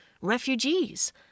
refugees